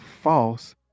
false